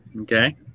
Okay